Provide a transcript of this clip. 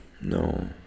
No